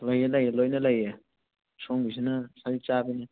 ꯂꯩꯌꯦ ꯂꯩꯌꯦ ꯂꯣꯏꯅ ꯂꯩꯌꯦ ꯁꯣꯝꯒꯤꯁꯤꯅ ꯁꯖꯤꯛ ꯆꯥꯕꯤꯅꯦ